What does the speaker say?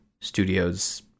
studios